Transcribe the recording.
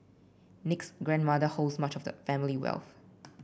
Nick's grandmother holds much of the family wealth